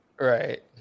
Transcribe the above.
Right